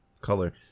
Color